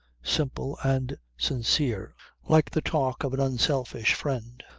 simple and sincere like the talk of an unselfish friend.